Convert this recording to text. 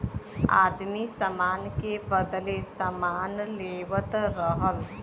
आदमी सामान के बदले सामान लेवत रहल